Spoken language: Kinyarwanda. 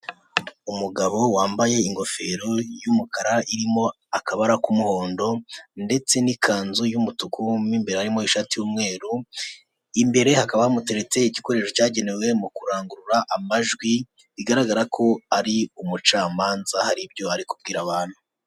Umugabo wambaye ingofero y'umukara irimo akabara k'umuhondo ndetse n'ikanzu y'umutuku imbere harimo ishati y'umweru imbereye hakaba hateretse igikoresho cyagenewe mu kurangurura amajwi bigaragara ko ari umucamanza hari ibyo ari kubwira abantu .